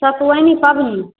सतुआइनि पाबनि